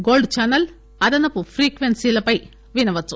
gold channel అదనపు ప్రీక్వెన్సీలపై వినవచ్చు